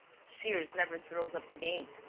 shears never throws up the game.